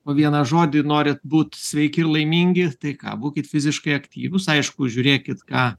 po vieną žodį norit būt sveiki ir laimingi tai ką būkit fiziškai aktyvūs aišku žiūrėkit ką